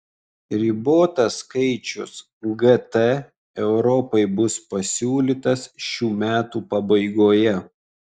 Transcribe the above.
ribotas skaičius gt europai bus pasiūlytas šių metų pabaigoje